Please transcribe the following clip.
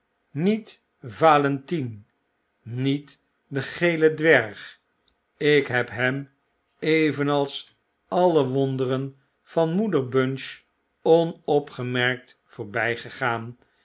niet valentine niet de gele dwerg ik heb hem evenals alle wonderen van moeder bunch onopgemerkt voorbygegaan